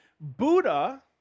Buddha